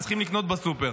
הם צריכים לקנות בסופר.